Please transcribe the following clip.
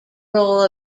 role